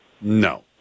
no